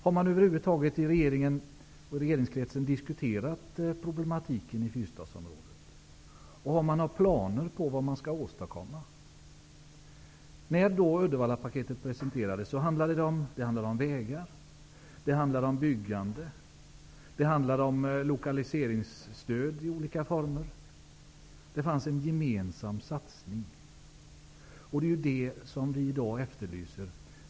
Har man i regeringen och regeringskretsen över huvud taget diskuterat problematiken i fyrstadsområdet? Och har man några planer på vad som skall åstadkommas? När Uddevallapaketet presenterades handlade det om vägar, om byggande och om lokaliseringsstöd i olika former. Det var en gemensam satsning. Det är just en sådan som vi i dag efterlyser.